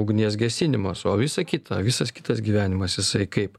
ugnies gesinimas o visa kita visas kitas gyvenimas jisai kaip